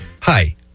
Hi